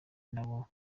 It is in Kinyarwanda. nabo